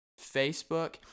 Facebook